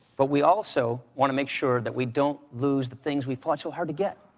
but we also want to make sure that we don't lose the things we fought so hard to get.